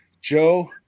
Joe